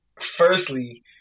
Firstly